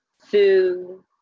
Sue